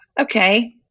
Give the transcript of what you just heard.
okay